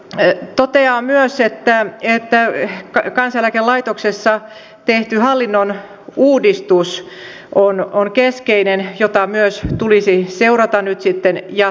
valiokunta toteaa myös että kansaneläkelaitoksessa tehty hallinnonuudistus on keskeinen ja myös sitä tulisi seurata nyt sitten jatkossa